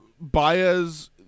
Baez